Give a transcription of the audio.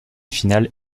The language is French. finale